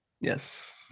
Yes